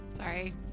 Sorry